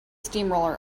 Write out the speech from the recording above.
steamroller